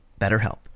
BetterHelp